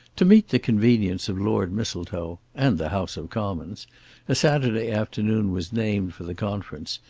to meet the convenience of lord mistletoe and the house of commons a saturday afternoon was named for the conference,